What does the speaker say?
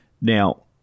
now